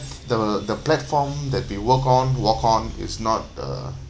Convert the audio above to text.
the the platform that we work on walk on is not uh